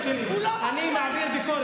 הוא לא מרשה לי.